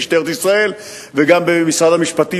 במשטרת ישראל ובמשרד המשפטים,